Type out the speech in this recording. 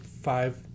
five